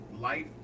life